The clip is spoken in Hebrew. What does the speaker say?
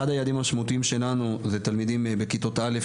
אחד היעדים המשמעותיים שלנו זה תלמידים בכיתות א',